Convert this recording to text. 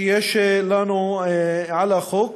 שיש לנו לחוק,